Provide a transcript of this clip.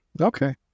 Okay